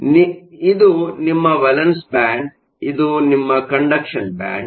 ಆದ್ದರಿಂದ ಇದು ನಿಮ್ಮ ವೇಲೆನ್ಸ್ ಬ್ಯಾಂಡ್ ಇದು ನಿಮ್ಮ ಕಂಡಕ್ಷನ್ ಬ್ಯಾಂಡ್